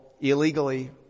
illegally